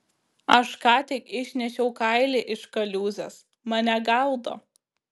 aš ką tik išnešiau kailį iš kaliūzės mane gaudo